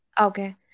Okay